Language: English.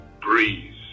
breeze